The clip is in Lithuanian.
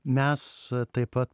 mes taip pat